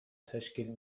تشکیل